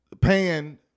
paying